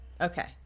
Okay